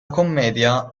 commedia